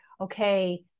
okay